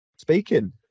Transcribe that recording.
speaking